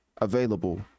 available